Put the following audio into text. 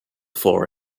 for